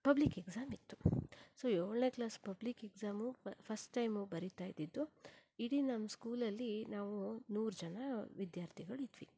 public exam ಇತ್ತು so ಏಳನೇ class public exam ಫ ಫಸ್ಟ್ ಟೈಮ್ ಬರೀತಾಯಿದ್ದಿದ್ದು ಇಡೀ ನಮ್ಮ ಸ್ಕೂಲಲ್ಲಿ ನಾವು ನೂರು ಜನ ವಿದ್ಯಾರ್ಥಿಗಳಿದ್ವಿ